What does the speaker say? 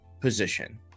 position